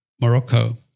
Morocco